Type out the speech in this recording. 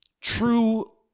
true